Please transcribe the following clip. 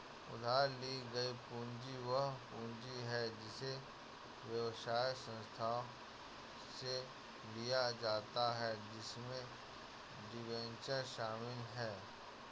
उधार ली गई पूंजी वह पूंजी है जिसे व्यवसाय संस्थानों से लिया जाता है इसमें डिबेंचर शामिल हैं